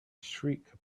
shriek